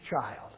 child